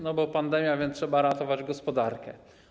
No bo pandemia, więc trzeba ratować gospodarkę.